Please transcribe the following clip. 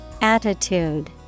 Attitude